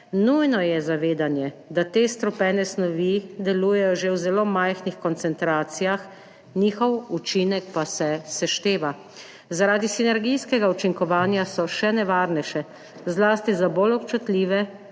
»Nujno je zavedanje, da te strupene snovi delujejo že v zelo majhnih koncentracijah, njihov učinek pa se sešteva. Zaradi sinergijskega učinkovanja so še nevarnejše, zlasti za bolj občutljive,